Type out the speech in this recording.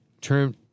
term